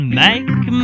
make